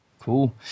Cool